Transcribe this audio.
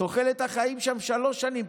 תוחלת החיים שם פחות שלוש שנים.